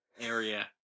area